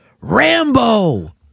Rambo